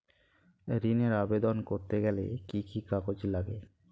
ঋণের আবেদন করতে গেলে কি কি কাগজ লাগে?